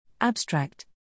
Abstract